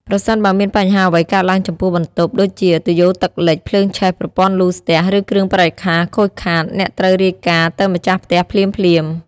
ប្រសិនបើមានបញ្ហាអ្វីកើតឡើងចំពោះបន្ទប់ ដូចជាទុយោទឹកលេច ភ្លើងឆេះ ប្រព័ន្ធលូស្ទះ ឬគ្រឿងបរិក្ខារខូចខាត អ្នកត្រូវរាយការណ៍ទៅម្ចាស់ផ្ទះភ្លាមៗ។